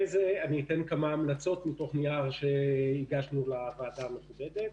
זה אני אתן כמה המלצות מתוך נייר שהגשנו לוועדה המכובדת.